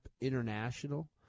international